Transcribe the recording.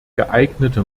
geeignete